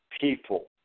people